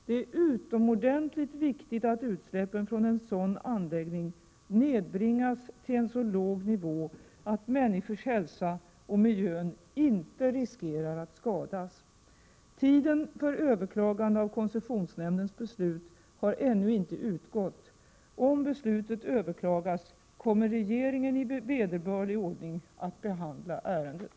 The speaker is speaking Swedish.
Det är utomordentligt viktigt att utsläppen från en sådan anläggning nedbringas till en så låg nivå att människors hälsa och miljön inte riskerar att skadas. Tiden för överklagande av koncessionsnämndens beslut har ännu inte utgått. Om beslutet överklagas kommer regeringen i vederbörlig ordning att behandla ärendet.